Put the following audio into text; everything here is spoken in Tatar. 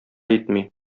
итми